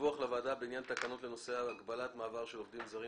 דיווח לוועדה בענין תקנות לנושא הגבלת מעבר של עובדים זרים